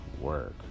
work